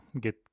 get